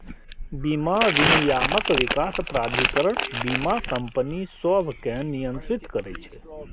बीमा विनियामक विकास प्राधिकरण बीमा कंपनी सभकें नियंत्रित करै छै